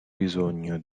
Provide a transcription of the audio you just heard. bisogno